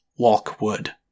Walkwood